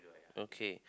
okay